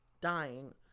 dying